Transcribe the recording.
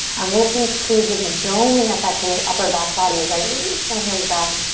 i'm working to create this doming effect in the upper back body as i reach my heels back,